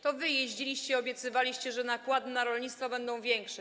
To wy jeździliście, obiecywaliście, że nakłady na rolnictwo będą większe.